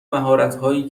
مهارتهایی